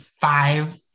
five